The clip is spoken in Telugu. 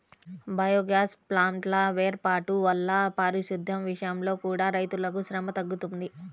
బయోగ్యాస్ ప్లాంట్ల వేర్పాటు వల్ల పారిశుద్దెం విషయంలో కూడా రైతులకు శ్రమ తగ్గుతుంది